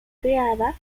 criada